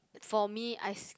for me I s~